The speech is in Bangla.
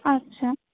আচ্ছা